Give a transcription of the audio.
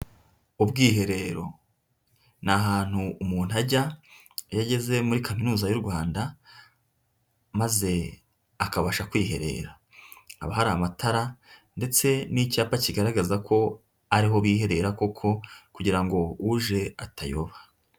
Ubwiherero ni ahantu umuntu ajya iyo ageze muri Kaminuza y'u Rwanda maze akabasha kwiherera, haba hari amatara ndetse n'icyapa kigaragaza ko ari ho biherera koko kugira ngo uje atayoba.